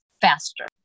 faster